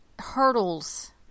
hurdles